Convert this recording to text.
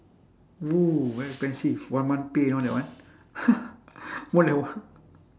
!woo! expensive one month pay you know that one more than one